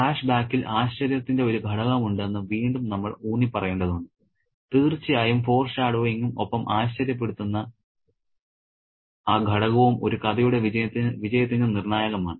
ഫ്ലാഷ്ബാക്കിൽ ആശ്ചര്യത്തിന്റെ ഒരു ഘടകമുണ്ടെന്ന് വീണ്ടും നമ്മൾ ഊന്നിപ്പറയേണ്ടതുണ്ട് തീർച്ചയായും ഫോർഷാഡോയിങ്ങും ഒപ്പം ആശ്ചര്യപ്പെടുത്തുന്ന ആ ഘടകവും ഒരു കഥയുടെ വിജയത്തിന് നിർണായകമാണ്